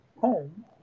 home